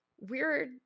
weird